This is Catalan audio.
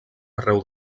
arreu